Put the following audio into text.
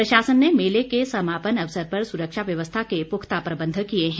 प्रशासन ने मेले के समापन अवसर पर सुरक्षा व्यवस्था के पुख्ता प्रबंध किये हैं